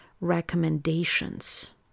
recommendations